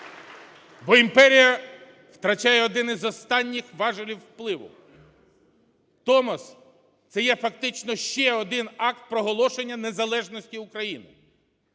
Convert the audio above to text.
Бо імперія втрачає один із останніх важелів впливу. Томос – це є фактично ще один акт проголошення незалежності України.